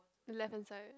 the left hand side